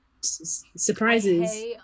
surprises